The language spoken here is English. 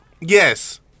yes